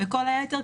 וכל היתר,